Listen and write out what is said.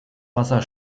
wasser